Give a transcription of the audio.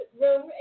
room